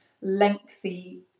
lengthy